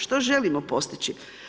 Što želimo postići?